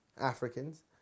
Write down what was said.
Africans